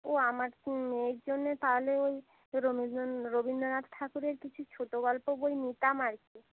ও আমার মেয়ের জন্যে তাহলে ওই রবীন্দ্রনাথ ঠাকুরের কিছু ছোটো গল্প বই নিতাম আর কি